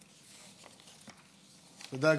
תודה.